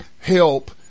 help